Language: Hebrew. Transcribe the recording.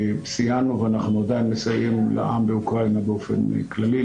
סייענו ואנחנו עדיין מסייעים לעם באוקראינה באופן כללי,